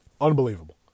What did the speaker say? Unbelievable